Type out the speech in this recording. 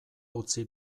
utzi